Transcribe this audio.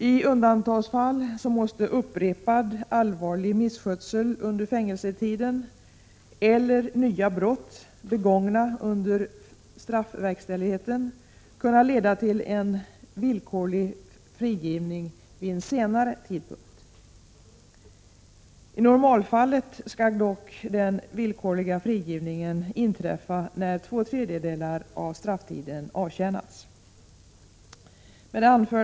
I undantagsfall måste upprepad allvarlig misskötsel under fängelsetiden eller nya brott begångna under straffverkställigheten kunna leda till en villkorlig frigivning vid en senare tidpunkt. I normalfallet skall dock den villkorliga frigivningen inträffa när två tredjedelar av strafftiden har avtjänats. Herr talman!